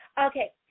Okay